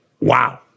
Wow